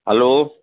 hello